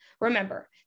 Remember